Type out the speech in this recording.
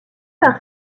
par